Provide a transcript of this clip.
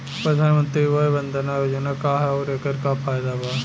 प्रधानमंत्री वय वन्दना योजना का ह आउर एकर का फायदा बा?